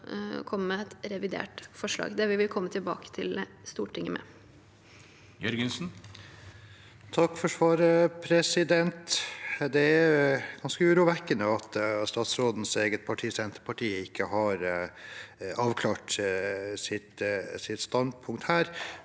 komme med et revidert forslag. Det vil vi komme tilbake til Stortinget med. Geir Jørgensen (R) Takk for svaret. Det er ganske urovekkende at statsrådens eget parti, Senterpartiet, ikke har avklart sitt standpunkt her,